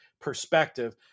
perspective